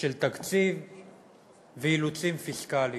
של תקציב ואילוצים פיסקליים.